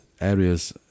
areas